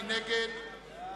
מי נגד?